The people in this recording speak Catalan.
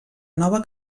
nova